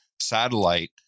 satellite